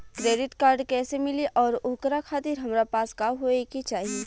Credit card कैसे मिली और ओकरा खातिर हमरा पास का होए के चाहि?